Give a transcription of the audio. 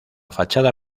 fachada